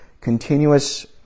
continuous